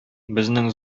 безнең